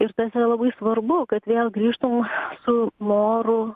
ir tas yra labai svarbu kad vėl grįžtų su noru